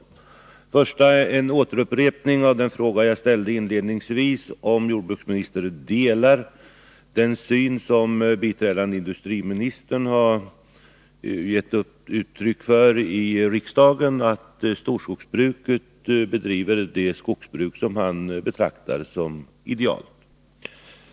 Den första frågan är en upprepning av den fråga jag ställde inledningsvis — om jordbruksministern delar den syn biträdande industriministern gett uttryck för i riksdagen, nämligen att storskogsbruket bedriver ett skogsbruk som kan betraktas som idealiskt.